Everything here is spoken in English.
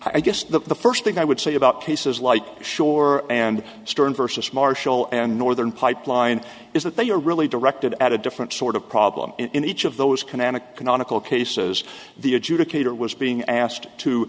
i guess the first thing i would say about cases like shore and stern versus marshall and northern pipeline is that they are really directed at a different sort of problem in each of those kinetic canonical cases the adjudicator was being asked to